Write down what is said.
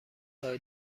راه